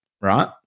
right